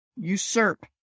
Usurp